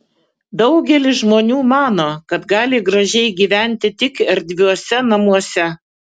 daugelis žmonių mano kad gali gražiai gyventi tik erdviuose namuose